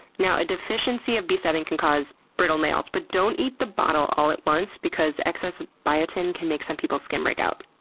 now a deficiency of b seven can cause brittle nails. but don't eat the bottle all at once because excess biotin can make some people's skin break out.